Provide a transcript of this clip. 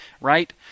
right